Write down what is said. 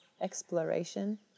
exploration